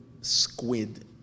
squid